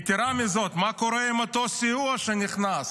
יתרה מזו, מה קורה עם אותו סיוע שנכנס?